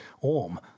Orm